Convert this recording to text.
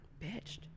bitched